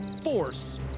force